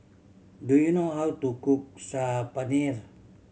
do you know how to cook Saag Paneer